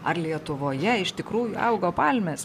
ar lietuvoje iš tikrųjų augo palmės